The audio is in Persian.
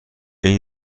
این